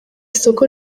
soko